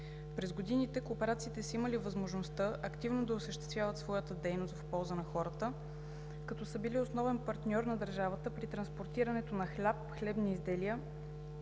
През годините кооперациите са имали възможността активно да осъществяват своята дейност в полза на хората, като са били основен партньор на държавата при транспортирането на хляб, хлебни изделия